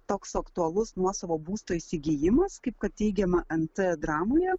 toks aktualus nuosavo būsto įsigijimas kaip kad teigiama nt dramoje